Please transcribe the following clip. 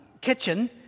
kitchen